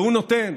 והוא נותן.